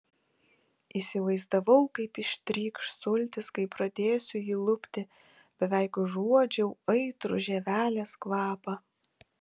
įsivaizdavau kaip ištrykš sultys kai pradėsiu jį lupti beveik užuodžiau aitrų žievelės kvapą